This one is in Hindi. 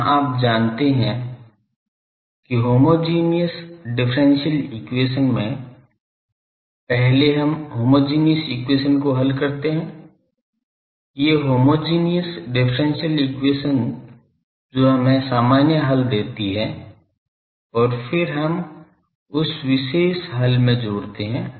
यहाँ आप जानते हैं कि होमोजेनियस डिफरेंशियल एक्वेशन में पहले हम होमोजेनियस एक्वेशन को हल करते हैं ये होमोजेनियस डिफरेंशियल एक्वेशन जो हमें सामान्य हल देती हैं और फिर हम उस विशेष हल में जोड़ते हैं